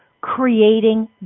creating